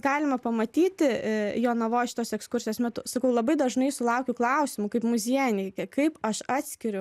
galima pamatyti jonavoj šitos ekskursijos metu sakau labai dažnai sulaukiu klausimų kaip muziejininkė kaip aš atskiriu